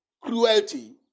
cruelty